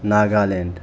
Nagaland